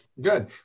good